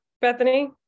Bethany